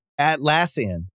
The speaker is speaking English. Atlassian